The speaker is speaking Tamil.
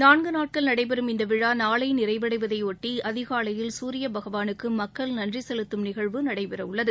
நான்கு நாட்கள் நடைபெறும் இந்த விழா நாளை நிறைவடைவதை ஒட்டி அதிகாலையில் சூரிய பகவானுக்கு மக்கள் நன்றி செலுத்தும் நிகழ்வு நடைபெற உள்ளது